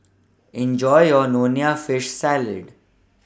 Enjoy your Nonya Fish Salad